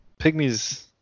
Pygmies